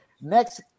Next